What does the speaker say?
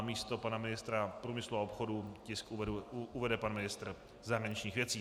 Místo pana ministra průmyslu a obchodu uvede pan ministr zahraničních věcí.